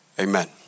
Amen